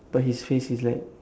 but his face is like